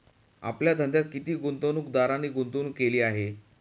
आपल्या धंद्यात किती गुंतवणूकदारांनी गुंतवणूक केली आहे?